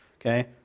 Okay